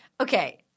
Okay